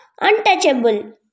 untouchable